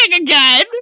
again